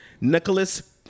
Nicholas